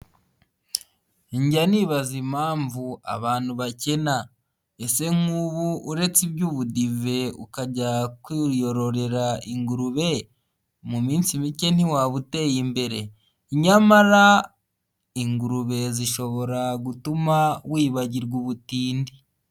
Njya nibaza impamvu abantu bakena, ese nk'ubu uretse iby'ubudive ukajya kwiyororera ingurube mu minsi mike ntiwa uteye imbere, nyamara ingurube zishobora gutuma wibagirwa ubutindi.